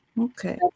Okay